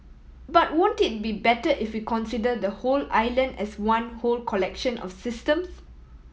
but won't it be better if we consider the whole island as one whole collection of systems